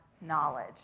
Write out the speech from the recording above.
knowledge